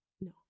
No